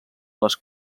les